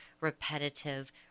repetitive